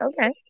okay